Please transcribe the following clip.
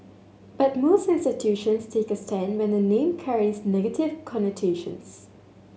but most institutions take a stand when the name carries negative connotations